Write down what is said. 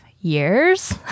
years